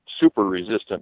super-resistant